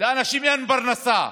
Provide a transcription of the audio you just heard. לאנשים אין פרנסה,